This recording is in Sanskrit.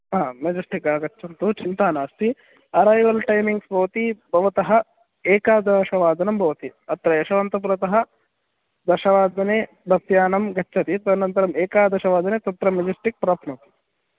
हा मजेस्टिक् आगच्छन्तु चिन्ता नास्ति अरैवल् टैमिङ्ग्स् भवति भवतः एकादशवादनं भवति अत्र यशवन्तपुरतः दशवादने बस्यानं गच्छति तदनन्तरं एकदशवादने तत्र मजेस्टिक् प्राप्नोति